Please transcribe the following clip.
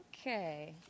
Okay